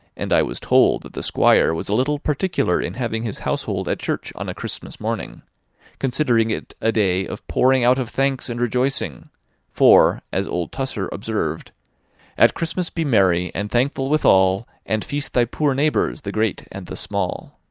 and i was told that the squire was a little particular in having his household at church on a christmas morning considering it a day of pouring out of thanks and rejoicing for, as old tusser observed at christmas be merry, and thankful withal, and feast thy poor neighbours, the great and the small.